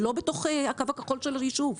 הוא לא בתוך הקו הכחול של היישוב.